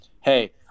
hey